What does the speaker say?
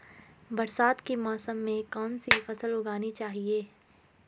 बरसात के मौसम में कौन सी फसल उगानी चाहिए?